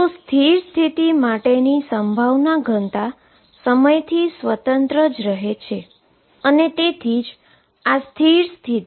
તેથી સ્ટેશનરી સ્ટેટની માટે પ્રોબેબીલીટી ડેન્સીટી સમયથી સ્વતંત્ર રહે છે અને તેથી જ આ સ્ટેશનરી સ્ટેટ છે